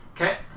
Okay